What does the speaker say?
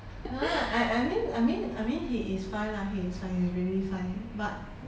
I I mean I mean I mean he is fine lah he is fine he's really fine but